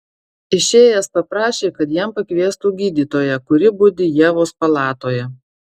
išėjęs paprašė kad jam pakviestų gydytoją kuri budi ievos palatoje